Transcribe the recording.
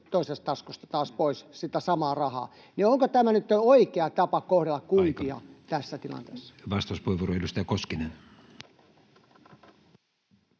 toisesta taskusta pois sitä samaa rahaa, niin onko tämä nyt oikea tapa kohdella kuntia [Puhemies: Aika!] tässä tilanteessa? Vastauspuheenvuoro, edustaja Koskinen.